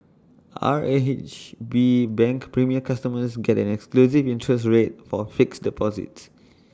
R A H B bank premier customers get an exclusive interest rate for fixed deposits